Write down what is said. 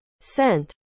scent